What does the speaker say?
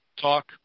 talk